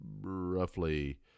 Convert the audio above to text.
roughly